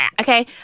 Okay